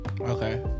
okay